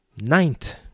ninth